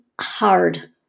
hard